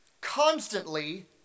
constantly